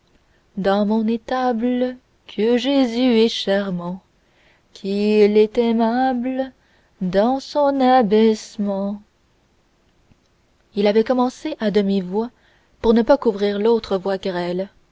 dans son étable que jésus est charmant qu'il est aimable dans son abaissement il avait commencé à demi-voix pour ne pas couvrir l'autre voix grêle